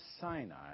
Sinai